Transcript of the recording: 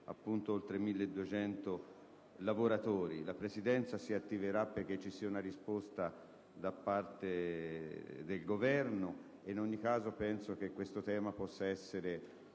riguarda oltre 1.200 lavoratori. La Presidenza si attiverà perché vi sia una risposta da parte del Governo. In ogni caso, penso che il tema possa essere